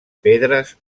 pedres